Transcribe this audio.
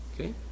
Okay